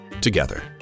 together